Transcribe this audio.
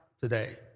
today